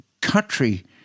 country